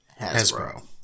Hasbro